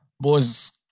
Boys